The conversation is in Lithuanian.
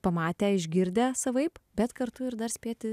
pamatę išgirdę savaip bet kartu ir dar spėti